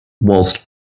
whilst